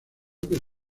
que